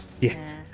Yes